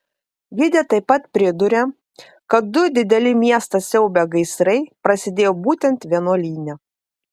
gidė taip pat priduria kad du dideli miestą siaubią gaisrai prasidėjo būtent vienuolyne